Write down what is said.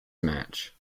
match